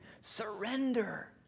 Surrender